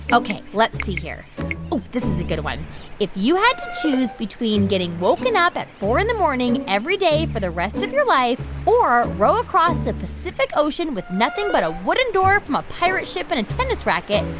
ok. let's see here. oh this is a good one if you had to choose between getting woken up at four in the morning every day for the rest of your life or row across the pacific ocean with nothing but a wooden door from a pirate ship and a tennis racket,